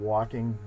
Walking